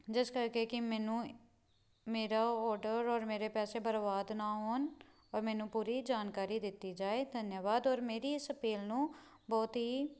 ਜਿਸ ਕਰਕੇ ਕਿ ਮੈਨੂੰ ਮੇਰਾ ਔਡਰ ਔਰ ਮੇਰੇ ਪੈਸੇ ਬਰਬਾਦ ਨਾ ਹੋਣ ਔਰ ਮੈਨੂੰ ਪੂਰੀ ਜਾਣਕਾਰੀ ਦਿੱਤੀ ਜਾਏ ਧੰਨਵਾਦ ਔਰ ਮੇਰੀ ਇਸ ਅਪੀਲ ਨੂੰ ਬਹੁਤ ਹੀ